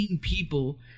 people